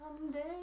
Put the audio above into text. Someday